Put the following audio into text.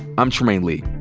i'm trymaine lee.